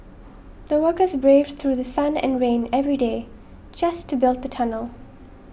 the workers braved through The Sun and rain every day just to build the tunnel